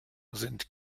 sind